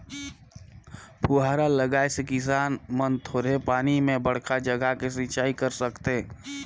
फुहारा लगाए से किसान मन थोरहें पानी में बड़खा जघा के सिंचई कर सकथें